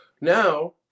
Now